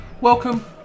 Welcome